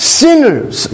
sinners